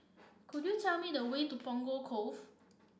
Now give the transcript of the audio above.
could you tell me the way to Punggol Cove